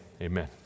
Amen